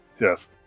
yes